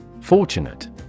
Fortunate